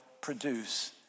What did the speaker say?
produce